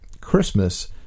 christmas